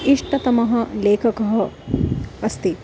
इष्टतमः लेखकः अस्ति